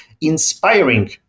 inspiring